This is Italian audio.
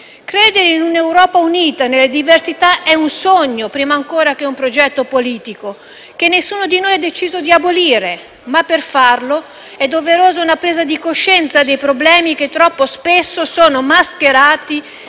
Credere in un'Europa unita nelle diversità è un sogno, prima ancora che un progetto politico, che nessuno di noi ha deciso di abolire. Ma per farlo è doveroso una presa di coscienza dei problemi che troppo spesso sono mascherati dalla